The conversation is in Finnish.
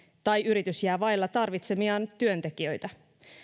tai yritys jää vaille tarvitsemiaan työntekijöitä